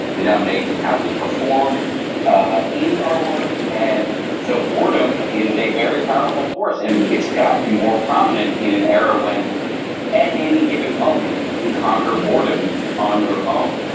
they dominate in how we perform ah in our work. and so boredom is a very powerful force, and it's gotten more prominent in an era when at any given moment you can conquer boredom on your phone.